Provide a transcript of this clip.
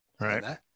Right